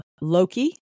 Loki